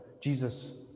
Jesus